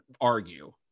argue